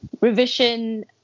revision